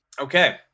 Okay